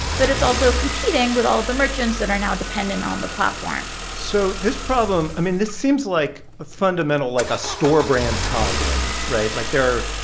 but it's also competing with all the merchants that are now dependent on the platform so this problem i mean, this seems like a fundamental, like, ah store brand problem, right? like, there,